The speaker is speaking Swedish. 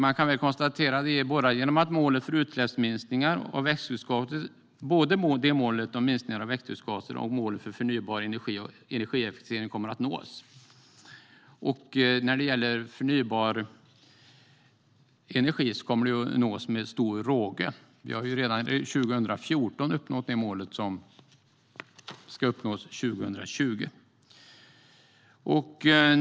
Man kan väl konstatera att både målet om minskade utsläpp av växthusgaser och målet för förnybar energi och energieffektivisering kommer att nås. När det gäller förnybar energi kommer målet att nås med råge. Redan 2014 uppnåddes målet som skulle uppnås 2020.